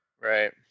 Right